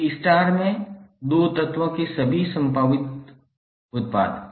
एक स्टार में 2 तत्वों के सभी संभावित उत्पाद